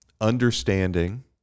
understanding